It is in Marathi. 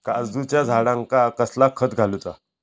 काजूच्या झाडांका कसला खत घालूचा?